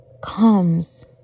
comes